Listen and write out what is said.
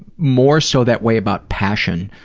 more so that way about passion.